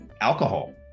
alcohol